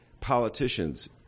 politicians